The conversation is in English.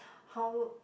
how